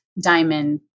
diamond